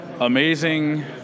amazing